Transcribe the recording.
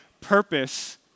purpose